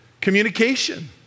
communication